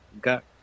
got